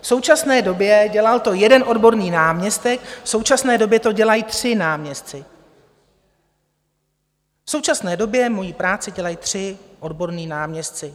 V současné době dělal to jeden odborný náměstek v současné době to dělají tři náměstci, v současné době moji práci dělají tři odborní náměstci.